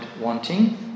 wanting